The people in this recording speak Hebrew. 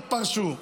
רק פרשו.